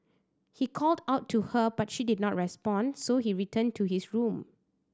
he called out to her but she did not respond so he returned to his room